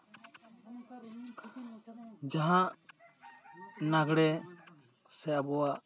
ᱡᱟᱦᱟᱸ ᱞᱟᱜᱽᱬᱮ ᱥᱮ ᱟᱵᱚᱣᱟᱜ